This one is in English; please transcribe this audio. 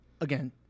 again